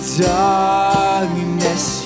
darkness